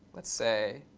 let's say